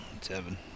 Seven